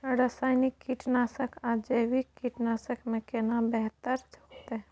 रसायनिक कीटनासक आ जैविक कीटनासक में केना बेहतर होतै?